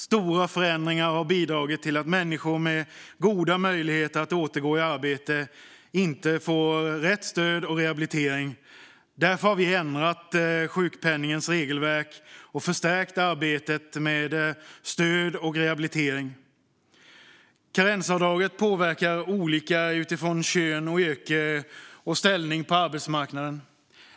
Stora förändringar har bidragit till att människor med goda möjligheter att återgå i arbete inte får rätt stöd och rehabilitering. Därför har vi ändrat sjukpenningens regelverk och förstärkt arbetet med stöd och rehabilitering. Karensavdraget påverkar olika utifrån kön, yrke och ställning på arbetsmarknaden.